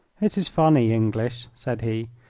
it is funny english, said he,